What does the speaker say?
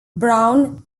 brown